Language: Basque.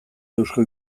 eusko